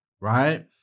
Right